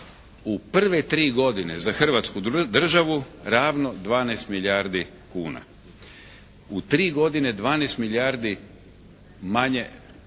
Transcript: u prve tri godine za Hrvatsku državu ravno 12 milijardi kuna. U tri godine 12 milijardi manje,